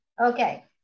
Okay